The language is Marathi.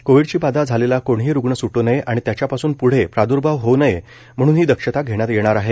कोविडची बाधा झालेला कोणीही रुग्ण सुट् नये आणि त्याच्यापासून पुढे प्रादर्भाव होऊ नये म्हणून ही दक्षता घेण्यात येणार आहे